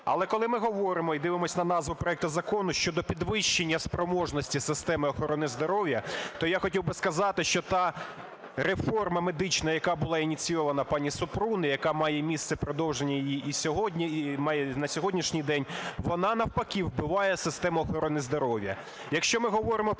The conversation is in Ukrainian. Але коли ми говоримо і дивимося на назву проекту Закону щодо підвищення спроможності системи охорони здоров'я, то я хотів би сказати, що та медична реформа, яка була ініційована пані Супрун і яка має місце, продовження її, і сьогодні, вона навпаки вбиває систему охорони здоров'я.